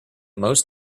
most